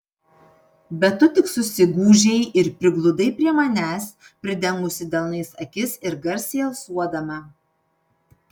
bet tu tik susigūžei ir prigludai prie manęs pridengusi delnais akis ir garsiai alsuodama